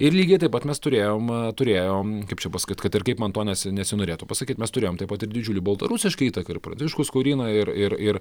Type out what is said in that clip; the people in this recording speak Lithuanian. ir lygiai taip pat mes turėjom turėjom kaip čia pasakyt kad ir kaip man to nesi nesinorėtų pasakyt mes turėjom taip pat ir didžiulį baltarusišką įtaką ir pranciškus skorina ir ir ir